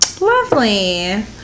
Lovely